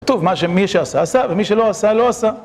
כתוב מה שמי שעשה עשה, ומי שלא עשה לא עשה.